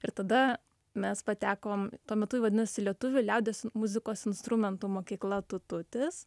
ir tada mes patekom tuo metu ji vadinosi lietuvių liaudies muzikos instrumentų mokykla tututis